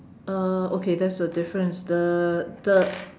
uh okay there's a difference the the